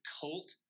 cult